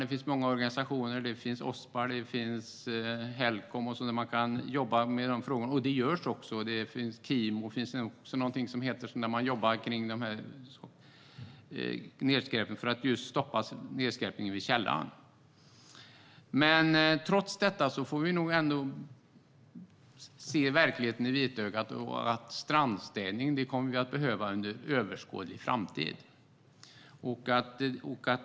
Det finns många organisationer. Vi har Ospar och Helcom, där man kan jobba med de frågorna, och det görs också. Det finns också något som heter Kimo, där man jobbar för att stoppa nedskräpning vid källan. Trots detta får vi nog se verkligheten i vitögat. Strandstädning kommer vi att behöva under överskådlig framtid.